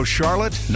Charlotte